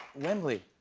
wembley.